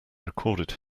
recorded